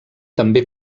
també